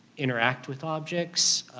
interact with objects.